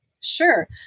Sure